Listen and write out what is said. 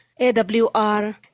AWR